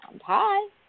Hi